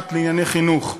שנוגעת לענייני חינוך.